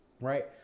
right